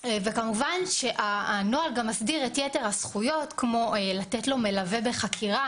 וכמובן שהנוהל גם מסדיר את יתר הזכויות כמו לתת לו מלווה בחקירה,